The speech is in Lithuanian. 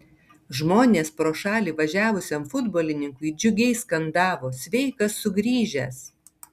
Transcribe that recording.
žmonės pro šalį važiavusiam futbolininkui džiugiai skandavo sveikas sugrįžęs